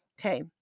Okay